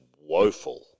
woeful